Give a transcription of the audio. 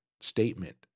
statement